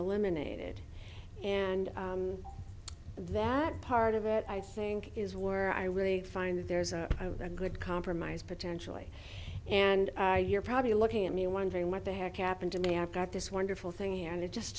eliminated and that part of it i think is where i really find that there's a good compromise potentially and you're probably looking at me wondering what the heck happened to me i've got this wonderful thing and it just